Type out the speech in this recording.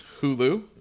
Hulu